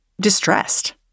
distressed